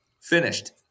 Finished